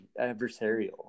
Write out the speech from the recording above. adversarial